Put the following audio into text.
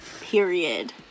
period